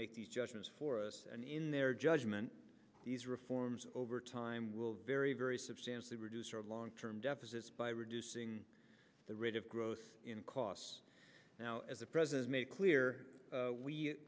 make these judgments for us and in their judgment these reforms over time will very very substantially reduce our long term deficits by reducing the rate of growth in costs now as the president made clear